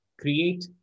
create